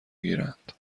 گیرند